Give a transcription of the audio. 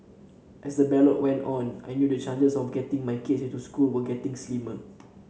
as the ballot went on I knew the chances of getting my kids into the school were getting slimmer